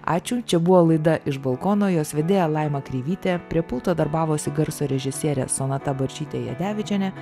ačiū čia buvo laida iš balkono jos vedėja laima kreivytė prie pulto darbavosi garso režisierė sonata barčytė jadevičienė